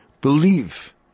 believe